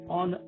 on